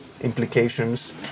implications